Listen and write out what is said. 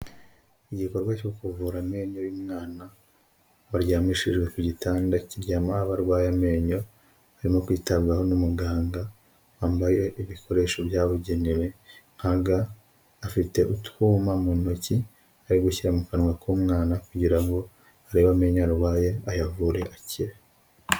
Igikorwa cyo kuvura amenyo y'uyu mwana waryamishijwe kugitanda kiryama abarwaye amenyo, arimo kwitabwaho n'umuganga wambaye ibikoresho byabugenewe nkaga afite utwuma mu ntoki ari gushyira mu kanwa k'umwana kugira ngo arebe amenyo arwaye ayavure akire.